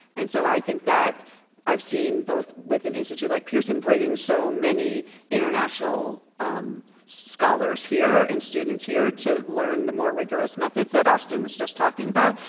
and so i think that i've seen both with an institute like pearson bringing so many international scholars here and students here to learn the more rigorous methods that austin was just talking about,